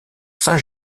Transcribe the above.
saint